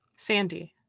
sandy.